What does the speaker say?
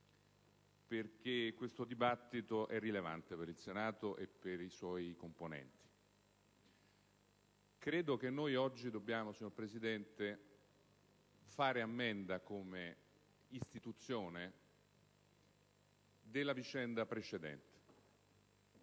perché questo dibattito è rilevante per il Senato e per i suoi componenti. Credo che noi oggi dobbiamo, signor Presidente, fare ammenda come istituzione della vicenda precedente,